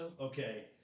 okay